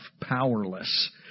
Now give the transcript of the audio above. powerless